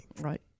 Right